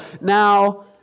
Now